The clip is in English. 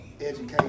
education